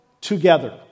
together